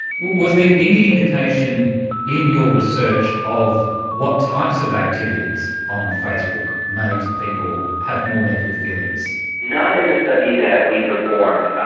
was there any indication in your research of what types of activities on facebook made people have more negative feelings? not in the study that we performed.